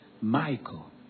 Michael